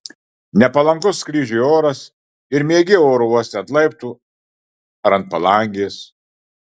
nepalankus skrydžiui oras ir miegi oro uoste ant laiptų ar ant palangės